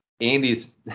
Andy's –